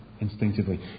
instinctively